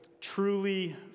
Truly